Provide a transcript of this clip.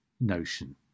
notion